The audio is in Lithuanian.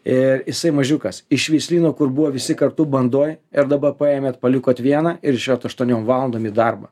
ir jisai mažiukas iš veislyno kur buvo visi kartu bandoj ir dabar paėmėt palikot vieną ir išėjot aštuoniom valandom į darbą